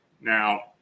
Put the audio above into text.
Now